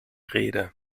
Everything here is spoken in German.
rede